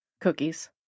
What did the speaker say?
Cookies